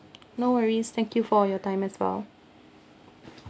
no worries thank you for your time as well